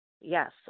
yes